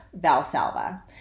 Valsalva